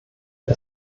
der